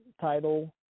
title